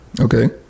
okay